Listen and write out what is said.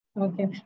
Okay